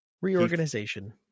Reorganization